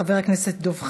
חבר הכנסת דב חנין,